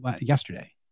yesterday